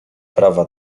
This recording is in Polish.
prawa